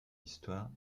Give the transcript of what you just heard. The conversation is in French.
histoire